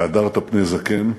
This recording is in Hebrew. "והדרת פני זקן"